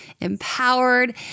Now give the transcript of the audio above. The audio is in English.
empowered